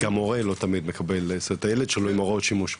הבעיה שגם מורה לא תמיד מקבל את הילד שלו עם הוראות שימוש.